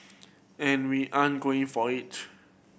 and we ain't going for it